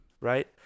right